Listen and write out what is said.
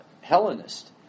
Hellenist